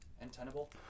Untenable